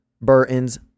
Burton's